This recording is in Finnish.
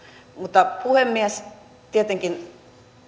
mutta puhemies